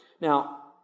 Now